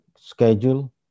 schedule